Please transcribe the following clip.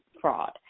fraud